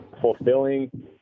fulfilling